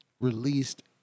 released